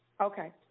Okay